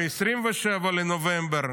וב-27 בנובמבר